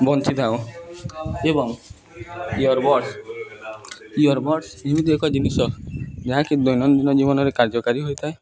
ବଞ୍ଚିଥାଉ ଏବଂ earbuds earbuds ଏମିତିି ଏକ ଜିନିଷ ଯାହାକି ଦୈନନ୍ଦିନ ଜୀବନରେ କାର୍ଯ୍ୟକାରୀ ହୋଇଥାଏ